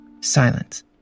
Silence